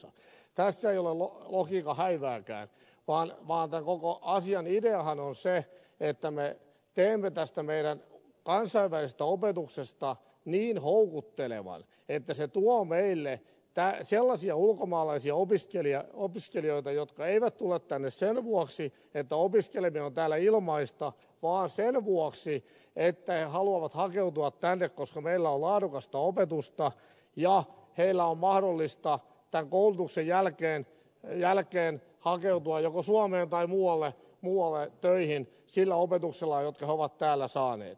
tässä ei ole logiikan häivääkään vaan tämän koko asian ideahan on se että me teemme tästä meidän kansainvälisestä opetuksesta niin houkuttelevan että se tuo meille sellaisia ulkomaalaisia opiskelijoita jotka eivät tule tänne sen vuoksi että opiskeleminen on täällä ilmaista vaan sen vuoksi että he haluavat hakeutua tänne koska meillä on laadukasta opetusta ja heillä on mahdollista tämän koulutuksen jälkeen hakeutua joko suomeen tai muualle töihin sillä opetuksella jonka he ovat täällä saaneet